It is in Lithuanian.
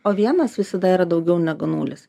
o vienas visada yra daugiau negu nulis